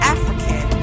African